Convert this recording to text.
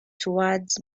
towards